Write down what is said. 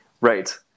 right